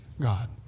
God